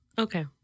Okay